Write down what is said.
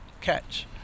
catch